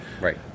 Right